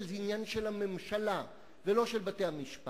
זה עניין של הממשלה ולא של בתי-המשפט,